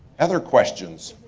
other questions,